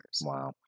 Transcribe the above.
Wow